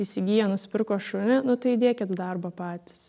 įsigyja nusipirko šunį nu tai įdėkit darbo patys